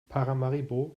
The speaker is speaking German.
paramaribo